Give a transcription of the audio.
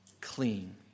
clean